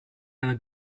eine